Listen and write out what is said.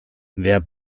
wer